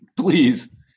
please